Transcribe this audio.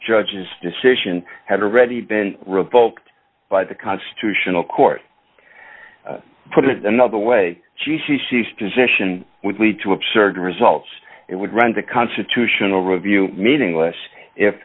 judge's decision had already been revoked by the constitutional court put it another way she she sees decision would lead to absurd results it would run to constitutional review meaningless if